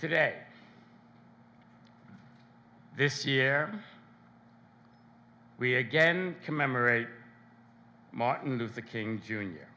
today this year we again commemorate martin luther king j